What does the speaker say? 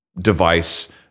device